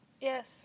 Yes